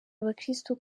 abakristo